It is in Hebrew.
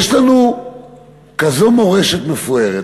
יש לנו כזאת מורשת מפוארת.